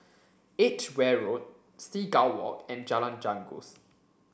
Edgeware Road Seagull Walk and Jalan Janggus